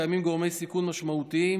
קיימים גורמי סיכון משמעותיים,